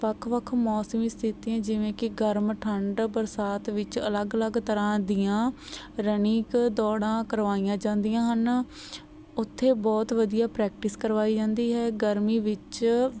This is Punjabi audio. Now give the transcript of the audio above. ਵੱਖ ਵੱਖ ਮੌਸਮੀ ਸਥਿਤੀਆਂ ਜਿਵੇਂ ਕਿ ਗਰਮ ਠੰਡ ਬਰਸਾਤ ਵਿੱਚ ਅਲੱਗ ਅਲੱਗ ਤਰ੍ਹਾਂ ਦੀਆਂ ਰਨਿੰਕ ਦੌੜਾਂ ਕਰਵਾਈਆਂ ਜਾਂਦੀਆਂ ਹਨ ਉੱਥੇ ਬਹੁਤ ਵਧੀਆ ਪ੍ਰੈਕਟਿਸ ਕਰਵਾਈ ਜਾਂਦੀ ਹੈ ਗਰਮੀ ਵਿੱਚ